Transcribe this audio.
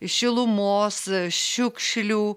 šilumos šiukšlių